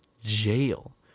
jail